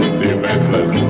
defenseless